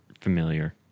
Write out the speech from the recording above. familiar